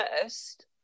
first